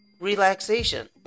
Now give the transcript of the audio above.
relaxation